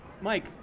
Mike